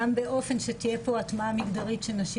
גם באופן שתהיה פה הטמעה מגדרית שנשים